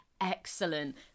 Excellent